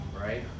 right